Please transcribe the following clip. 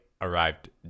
arrived